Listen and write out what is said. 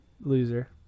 loser